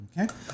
Okay